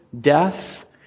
death